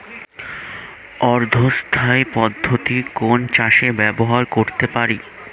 অর্ধ স্থায়ী পদ্ধতি কোন চাষে ব্যবহার করতে পারি?